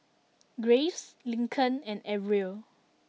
Graves Lincoln and Arvil